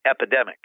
epidemic